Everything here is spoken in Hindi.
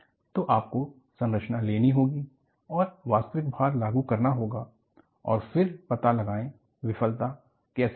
तो आपको संरचना लेनी होगी और वास्तविक भार लागू करना होगा और फिर पता लगाएं विफलता कैसे होगी